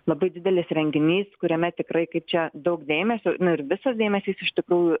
labai didelis renginys kuriame tikrai kaip čia daug dėmesio nu ir visas dėmesys iš tikrųjų